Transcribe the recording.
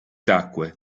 tacque